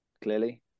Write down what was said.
Clearly